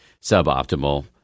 suboptimal